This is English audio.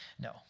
No